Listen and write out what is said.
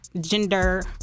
gender